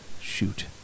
shoot